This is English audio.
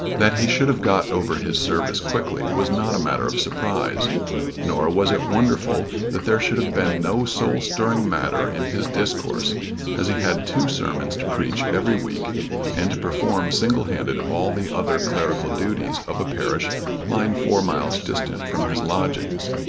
that he should have got over his service quickly was not a matter of surprise nor was it wonderful that there should have been no soul-stirring matter in his discourse as he had two sermons to preach every week and to perform single-handed all the other clerical duties of a parish lying four miles distant from his lodgings.